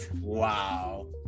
Wow